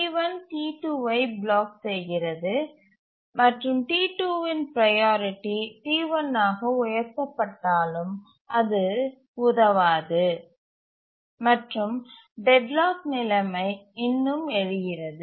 T1 T2ஐ block செய்கிறது மற்றும் T2 இன் ப்ரையாரிட்டி T1 ஆக உயர்த்தப்பட்டாலும் அது உதவாது மற்றும் டெட்லாக் நிலைமை இன்னும் எழுகிறது